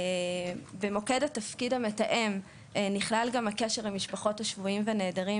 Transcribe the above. במוקד תפקיד המתאם נכלל גם הקשר עם משפחות השבויים והנעדרים.